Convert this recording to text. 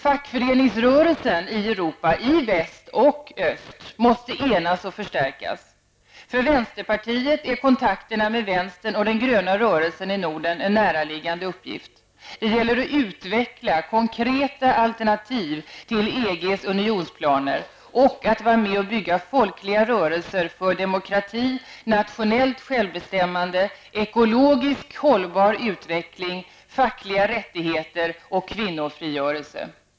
Fackföreningsrörelsen i Europa, i väst och i öst, måste enas och förstärkas. För vänsterpartiet är kontakterna med vänstern och den gröna rörelsen i Norden en näraliggande uppgift. Det gäller att utveckla konkreta alternativ till EGs unionsplaner samt att vara med och bygga folkliga rörelser för demokrati, nationellt självbestämmande, ekologisk hållbar utveckling, fackliga rättigheter och kvinnofrigörelse.